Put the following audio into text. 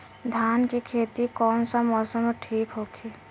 धान के खेती कौना मौसम में ठीक होकी?